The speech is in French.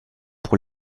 pour